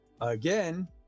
Again